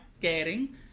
caring